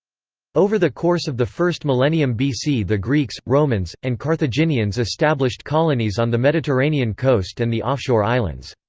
over the course of the first millennium bc the greeks, romans and carthaginians established colonies on the mediterranean coast and the offshore islands.